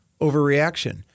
overreaction